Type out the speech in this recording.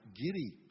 giddy